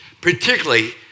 particularly